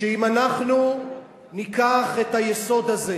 שאם אנחנו ניקח את היסוד הזה,